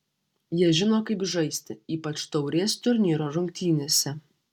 jie žino kaip žaisti ypač taurės turnyro rungtynėse